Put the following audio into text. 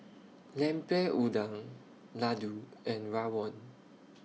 Lemper Udang Laddu and Rawon